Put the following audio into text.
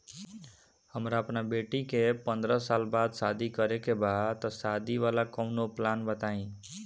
हमरा अपना बेटी के पंद्रह साल बाद शादी करे के बा त शादी वाला कऊनो प्लान बताई?